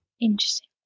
Interesting